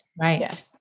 Right